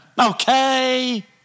Okay